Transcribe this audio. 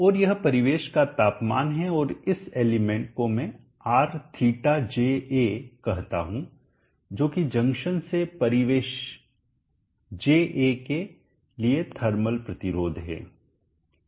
और यह परिवेश का तापमान है और इस एलिमेंट को मैं RθJA कहता हूं जो कि जंक्शन से परिवेशीय JA के लिए थर्मल प्रतिरोध है